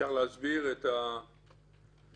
אפשר להסביר את ההיגיון,